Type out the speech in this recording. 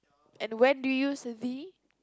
and when do you use the